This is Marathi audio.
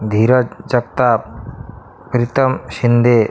धीरज जगताप प्रीतम शिंदे